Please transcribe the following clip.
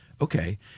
okay